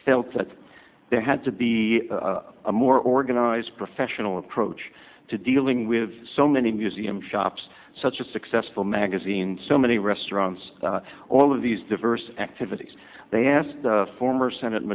felt that they had to be a more organized professional approach to dealing with so many museum shops such a successful magazine so many restaurants all of these diverse activities they asked former senat